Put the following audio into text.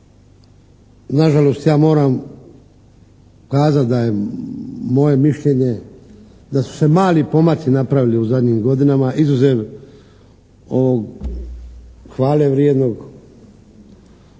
kazati da je moje mišljenje da su se mali pomaci napravili u zadnjim godinama izuzev ovog hvale vrijedne